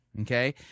okay